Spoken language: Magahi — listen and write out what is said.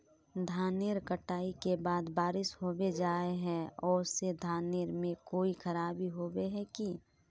धानेर कटाई के बाद बारिश होबे जाए है ओ से धानेर में कोई खराबी होबे है की?